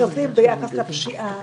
למיגור הפשיעה